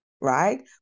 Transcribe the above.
Right